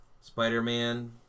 Spider-Man